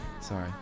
Sorry